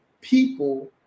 people